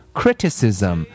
criticism